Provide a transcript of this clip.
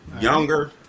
Younger